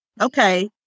Okay